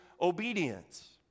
obedience